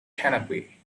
canopy